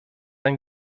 ein